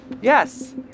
Yes